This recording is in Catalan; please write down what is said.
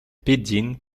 pidgin